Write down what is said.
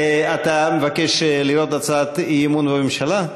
אתה מבקש לראות הצעת אי-אמון בממשלה?